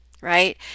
right